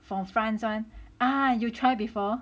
from France [one] ah you try before